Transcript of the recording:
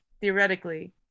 theoretically